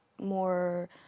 More